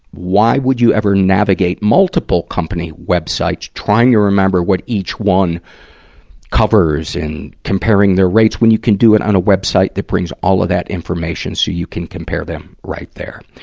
why would you ever navigate multiple company web site, trying to remember what each one covers and comparing their rates, when you can do it on a web site that brings all of that information so you can compare them right there?